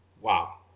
Wow